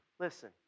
Listen